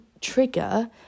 trigger